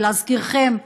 ולהזכירכם,